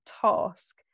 task